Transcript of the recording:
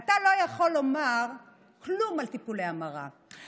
אתה לא יכול לומר כלום על טיפולי המרה,